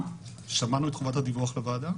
שמענו את חובת הדיווח לוועדה?